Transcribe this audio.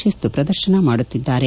ಶಿಸ್ತು ಪ್ರದರ್ಶನ ಮಾಡುತ್ತಿದ್ದಾರೆ